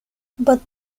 but